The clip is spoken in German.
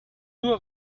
nur